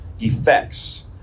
effects